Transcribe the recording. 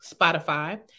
Spotify